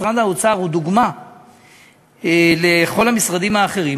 משרד האוצר הוא דוגמה לכל המשרדים האחרים.